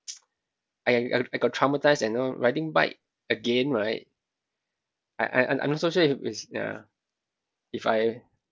I I got traumatised and know riding bike again right I I I'm not so sure if it's yeah if I